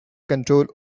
control